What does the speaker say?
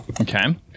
Okay